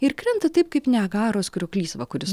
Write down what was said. ir krenta taip kaip niagaros krioklys va kuris